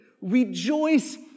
Rejoice